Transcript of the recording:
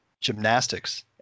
gymnastics